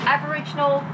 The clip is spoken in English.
Aboriginal